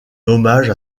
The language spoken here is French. hommage